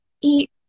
eat